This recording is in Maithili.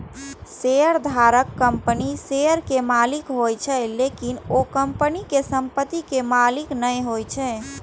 शेयरधारक कंपनीक शेयर के मालिक होइ छै, लेकिन ओ कंपनी के संपत्ति के मालिक नै होइ छै